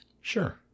Sure